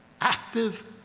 active